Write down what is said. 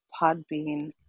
Podbean